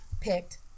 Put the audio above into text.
picked